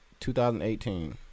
2018